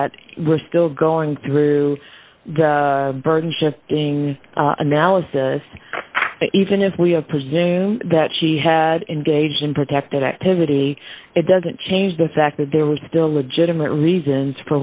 that we're still going through the burden shifting analysis even if we have presumed that she had engaged in protected activity it doesn't change the fact that there were still legitimate reasons